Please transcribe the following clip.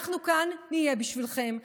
אנחנו כאן נהיה בשבילכם,